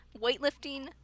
weightlifting